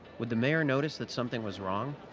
would the mayor notice that something was wrong?